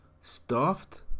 Stuffed